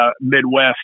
midwest